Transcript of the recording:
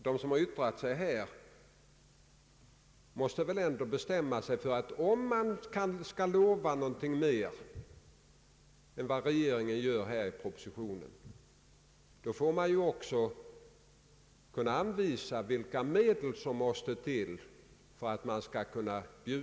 De som har yttrat sig här måste väl ändå bestämma sig, ty om man skall lova mer än vad regeringen gör i propositionen, skall man även kunna anvisa vilka medel som måste till.